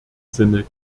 sinne